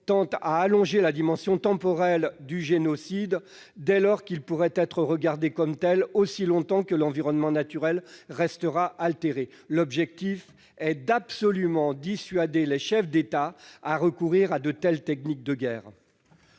tend à allonger la dimension temporelle du génocide, dès lors que ce dernier pourrait être regardé comme tel aussi longtemps que l'environnement naturel restera altéré. L'objectif est de dissuader absolument les chefs d'État de recourir à de telles techniques de guerre.